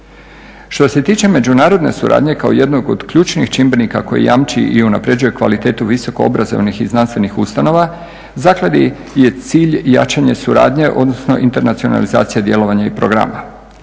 Što se tiče međunarodne suradnje kao jednog od ključnih čimbenika koji jamči i unapređuje kvalitetu visoko obrazovanih i znanstvenih ustanova, zakladi je cilj jačanje suradnje odnosno internacionalizacija djelovanja i programa.